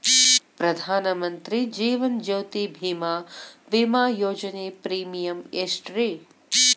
ಪ್ರಧಾನ ಮಂತ್ರಿ ಜೇವನ ಜ್ಯೋತಿ ಭೇಮಾ, ವಿಮಾ ಯೋಜನೆ ಪ್ರೇಮಿಯಂ ಎಷ್ಟ್ರಿ?